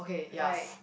like